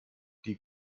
die